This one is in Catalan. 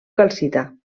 calcita